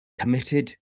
committed